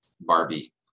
Barbie